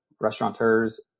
restaurateurs